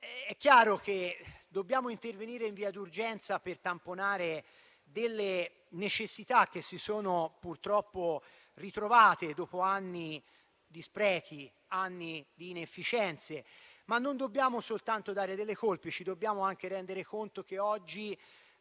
È chiaro che dobbiamo intervenire in via d'urgenza per tamponare delle necessità che si sono purtroppo ritrovate dopo anni di sprechi e di inefficienze. Ma non dobbiamo soltanto dare delle colpe; ci dobbiamo anche rendere conto che oggi